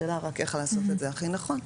השאלה רק איך לעשות את זה הכי נכון.